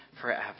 forever